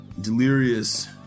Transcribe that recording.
delirious